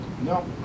No